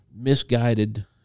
Misguided